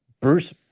Bruce